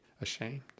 ashamed